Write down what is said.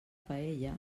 paella